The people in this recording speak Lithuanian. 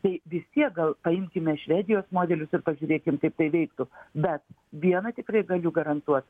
tai vis tiek gal paimkime švedijos modelius ir pažiūrėkim kaip tai veiktų bet vieną tikrai galiu garantuot